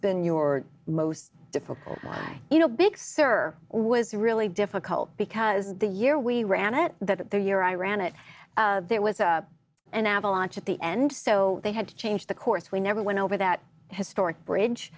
been your most difficult you know big sur was really difficult because the year we ran it that the year i ran it there was an avalanche at the end so they had to change the course we never went over that historic bridge